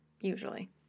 usually